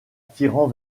tirant